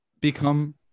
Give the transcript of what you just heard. become